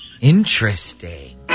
Interesting